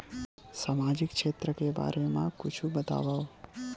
सामाजिक क्षेत्र के बारे मा कुछु बतावव?